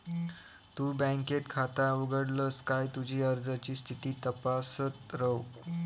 तु बँकेत खाता उघडलस काय तुझी अर्जाची स्थिती तपासत रव